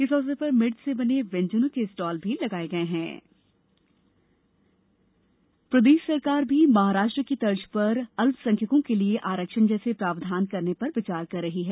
इस अवसर पर मिर्च से बने व्यंजनों के स्टॉल भी लगाये गये के में के कराडा प्रदेश सरकार भी महाराष्ट्र की तर्ज पर अल्पसंख्यकों के लिए आरक्षण जैसे प्रावधान करने पर विचार कर रही है